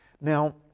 Now